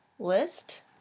list